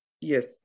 Yes